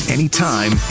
Anytime